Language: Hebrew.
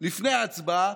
לפני ההצבעה.